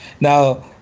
Now